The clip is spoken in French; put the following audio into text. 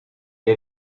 est